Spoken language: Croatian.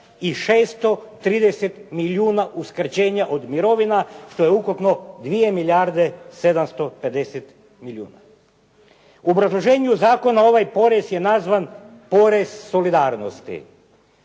i 630 milijuna uskraćenja od mirovina što je ukupno 2 milijarde 750 milijuna. U obrazloženju zakona ovaj porez je nazvan porez solidarnosti.